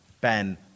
ben